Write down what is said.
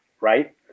right